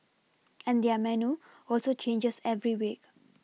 and their menu also changes every week